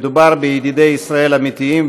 מדובר בידידי ישראל אמיתיים,